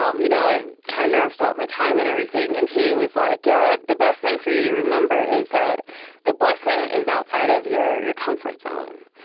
um you know kind of nervous about my time and everything. and he was like, yeah, the best thing for you to remember is that the blessing is outside of your your comfort zone.